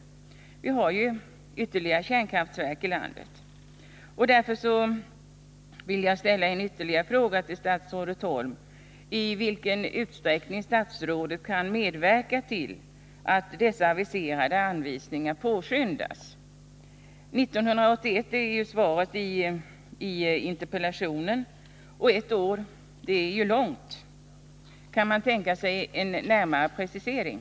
Vi har ju ytterligare kärnkraftverk i landet. Därför vill jag ställa ytterligare en fråga till statsrådet Holm: I vilken utsträckning kan statsrådet medverka till att dessa aviserade anvisningar påskyndas? Det sägs i svaret att man räknar med att komma ut med anvisningar under år 1981, och ett år är långt. Kan man tänka sig en närmare precisering?